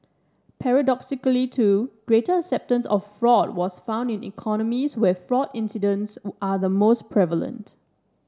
paradoxically too greater acceptance of fraud was found in economies where fraud incidents are the most prevalent